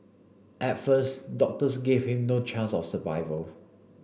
at first doctors gave him no chance of survival